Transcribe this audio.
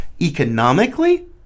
economically